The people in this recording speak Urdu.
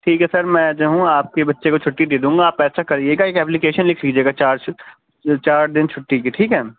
ٹھیک ہے سر میں جو ہوں آپ کے بچے کو چھٹی دے دوں گا آپ ایسا کریے گا ایک اپلیکیشن لکھ لیجیے گا چارش چار دن چھٹی کی ٹھیک ہے